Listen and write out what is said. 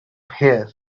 here